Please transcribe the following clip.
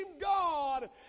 God